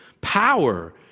power